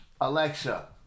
Alexa